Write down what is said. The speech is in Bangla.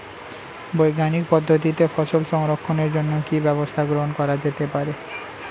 বৈজ্ঞানিক পদ্ধতিতে ফসল সংরক্ষণের জন্য কি ব্যবস্থা গ্রহণ করা যেতে পারে?